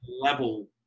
level